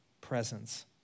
presence